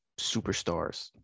superstars